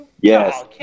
yes